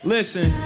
Listen